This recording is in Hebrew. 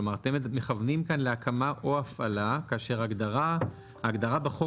כלומר אתם מכוונים כאן להקמה או הפעלה כאשר ההגדרה בחוק